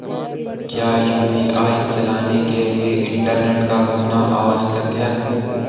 क्या यु.पी.आई चलाने के लिए इंटरनेट का होना आवश्यक है?